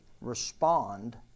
respond